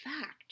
fact